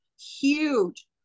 huge